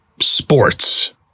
sports